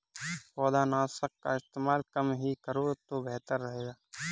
पौधनाशक का इस्तेमाल कम ही करो तो बेहतर रहेगा